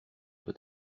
doit